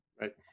Right